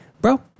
Bro